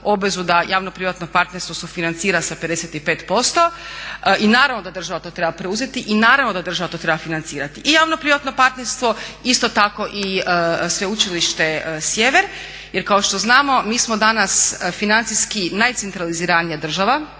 obvezu da javno privatno partnerstvo sufinancira sa 55%. I naravno da država to treba preuzeti i naravno da država to treba financirati. I javno privatno partnerstvo isto tako i Sveučilište Sjever. Jer kao što znamo mi smo danas financijski najcentraliziranija država,